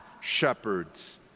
shepherds